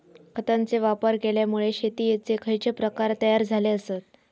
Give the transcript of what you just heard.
खतांचे वापर केल्यामुळे शेतीयेचे खैचे प्रकार तयार झाले आसत?